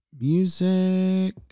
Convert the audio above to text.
Music